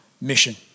mission